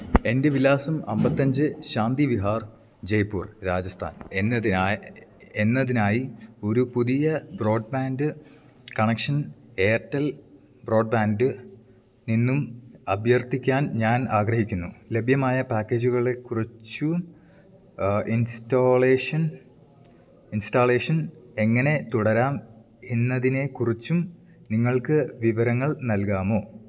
എൻ്റെ വിലാസം അമ്പത്തിയഞ്ച് ശാന്തിവിഹാർ ജയ്പ്പൂർ രാജസ്ഥാൻ എന്നതിനായി ഒരു പുതിയ ബ്രോഡ്ബാൻഡ് കണക്ഷൻ എയർടെൽ ബ്രോഡ്ബാൻഡില് നിന്നും അഭ്യർത്ഥിക്കാൻ ഞാനാഗ്രഹിക്കുന്നു ലഭ്യമായ പാക്കേജുകളെക്കുറിച്ചും ഇൻസ്റ്റാളേഷൻ എങ്ങനെ തുടരാമെന്നതിനെക്കുറിച്ചും നിങ്ങൾക്ക് വിവരങ്ങൾ നൽകാമോ